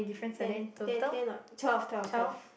ten ten ten or twelve twelve twelve